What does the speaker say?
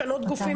להתקדם